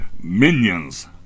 minions